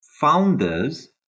founders